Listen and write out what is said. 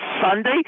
Sunday